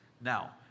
Now